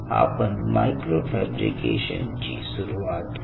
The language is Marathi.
आपण मायक्रो फॅब्रिकेशन ची सुरुवात करू